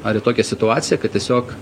ar į tokią situaciją kad tiesiog